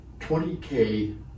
20k